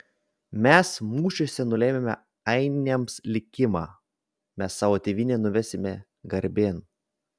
mes mūšiuose nulėmėme ainiams likimą mes savo tėvynę nuvesime garbėn